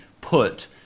put